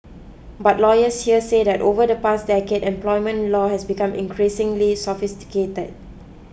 but lawyers here say that over the past decade employment law has become increasingly sophisticate